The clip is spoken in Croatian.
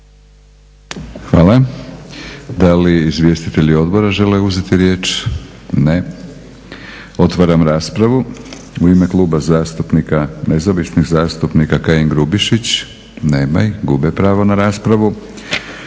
Hvala. Da li izvjestitelji odbora žele uzeti riječ? Ne. Otvaram raspravu. U ime Kluba zastupnika Nezavisnih zastupnika Kajin, Grubišić. Nema ih, gube pravo na raspravu.